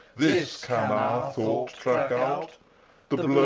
this can our thought track out the